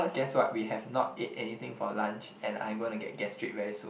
guess what we have not ate anything for lunch and I'm gonna get gastric very soon